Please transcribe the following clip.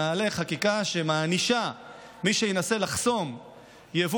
נעלה חקיקה שמענישה מי שינסה לחסום יבוא